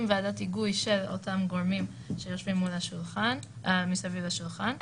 עם ועדת היגוי של אותם גורמים שיושבים מסביב לשולחן.